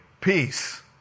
peace